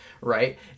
right